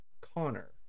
Connor